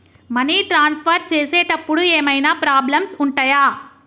Money transfer చేసేటప్పుడు ఏమైనా problems ఉంటయా?